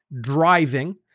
driving